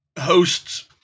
hosts